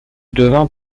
devint